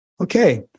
Okay